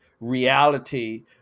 reality